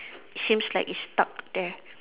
seems like it's stuck there